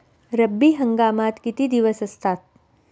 रब्बी हंगामात किती दिवस असतात?